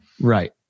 right